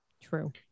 True